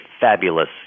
fabulous